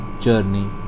journey